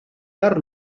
perd